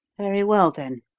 very well, then,